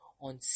on